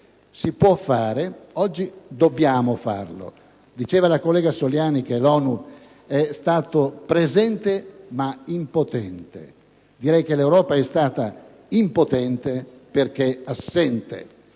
Si può fare: oggi dobbiamo farlo. Diceva la collega Soliani che l'ONU è stata presente ma impotente; direi che l'Europa è stata impotente perché assente.